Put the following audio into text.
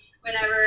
whenever